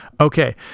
okay